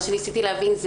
מה שניסיתי להבין,